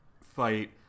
fight